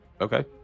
Okay